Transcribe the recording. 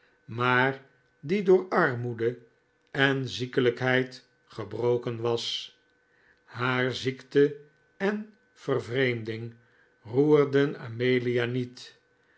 maar die door armoede en ziekelijkheid gebroken was haar ziekte en vervreemding roerden amelia niet